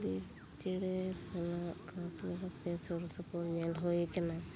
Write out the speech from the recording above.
ᱵᱤᱨ ᱪᱮᱬᱮ ᱥᱟᱞᱟᱜ ᱠᱟᱥᱞᱚ ᱠᱟᱛᱮ ᱥᱩᱨ ᱥᱩᱯᱩᱨ ᱧᱮᱞ ᱦᱩᱭ ᱟᱠᱟᱱᱟ